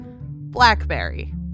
Blackberry